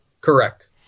Correct